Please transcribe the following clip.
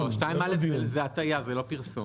2(א) זאת הטעיה, זה לא פרסום.